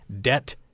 debt